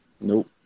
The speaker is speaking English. Nope